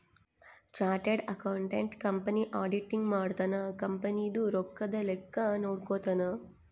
chartered accountant company auditing ಮಾಡ್ತನ company ದು ರೊಕ್ಕದ ಲೆಕ್ಕ ನೋಡ್ಕೊತಾನ